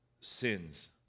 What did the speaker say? sins